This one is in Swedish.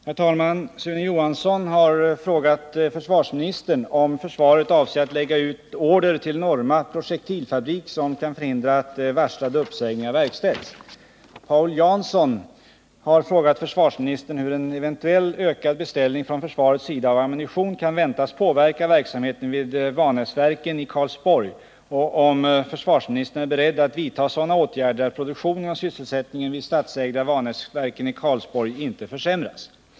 Herr talman! Sune Johansson har frågat försvarsministern om försvaret avser att lägga ut order till Norma Projektilfabrik som kan förhindra att varslade uppsägningar verkställs. Paul Jansson har frågat försvarsministern hur en eventuell ökad beställning från försvarets sida av ammunition kan väntas påverka verksamheten vid Vanäsverken i Karlsborg och om försvarsministern är beredd att vidta sådana åtgärder att produktionen och sysselsättningen vid statsägda Vanäsverken i Karlsborg inte försämras.